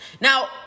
Now